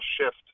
shift